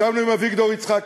ישבנו עם אביגדור יצחקי,